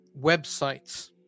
websites